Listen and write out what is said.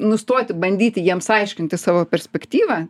nustoti bandyti jiems aiškinti savo perspektyvą